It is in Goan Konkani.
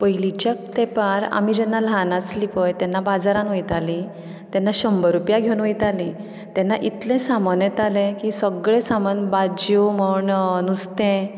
पयलींच्या तेंपार आमी जेन्ना ल्हान आसली पळय तेन्ना बाजारान वयताली तेन्ना शंबर रुपया घेवन वयताली तेन्ना इतलें सामान येतालें की सगलें सामान भाजयो म्हण नुस्तें